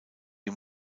die